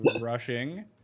rushing